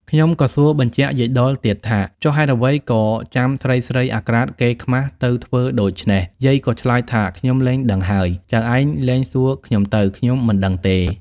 ខ្ញុំក៏សួរបញ្ជាក់យាយដុលទៀតថា ចុះហេតុអ្វី ក៏ចាំស្រីៗអាក្រាតកេរ្តិ៍ខ្មាសទៅធ្វើដូច្នេះ យាយក៏ឆ្លើយថាខ្ញុំលែងដឹងហើយ ចៅឯងលែងសួរខ្ញុំទៅ ខ្ញុំមិនដឹងទេ។